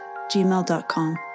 gmail.com